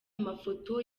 mafoto